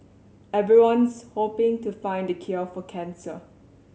everyone's hoping to find the cure for cancer